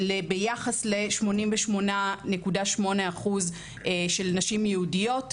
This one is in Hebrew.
ביחס ל-88.8 אחוז של נשים יהודיות.